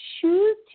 choose